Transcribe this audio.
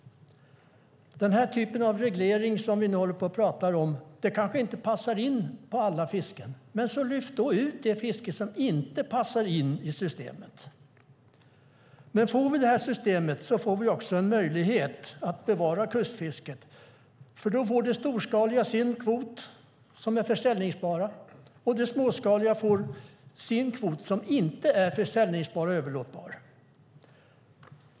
Den typ av reglering som vi nu talar om kanske inte passar in på alla fisken. Men lyft då ut det fiske som inte passar in i systemet! Om vi får det här systemet får vi också en möjlighet att bevara kustfisket. Då får det storskaliga sin kvot som är säljbar, och det småskaliga får sin kvot som inte är säljbar och överlåtbar.